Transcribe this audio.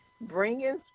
bringing